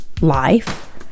life